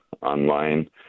online